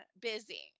busy